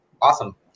Awesome